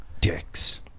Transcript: Dicks